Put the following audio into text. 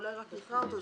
אולי רק נקרא אותו,